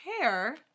chair